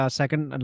second